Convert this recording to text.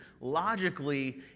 logically